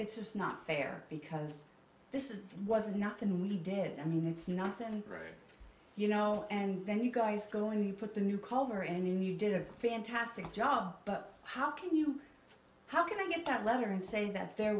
it's just not fair because this is was not and we did i mean it's nothing you know and then you guys going to put the new color in you did a fantastic job but how can you how can i get that letter and say that there